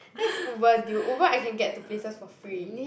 that is Uber deal Uber I can get to places for free